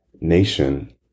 nation